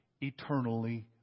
eternally